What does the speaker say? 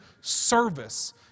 service